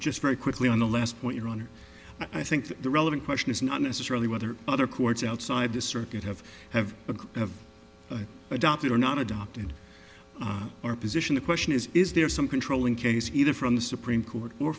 just very quickly on the last point your honor i think the relevant question is not necessarily whether other courts outside the circuit have have but have adopted or not adopted our position the question is is there some controlling case either from the supreme court or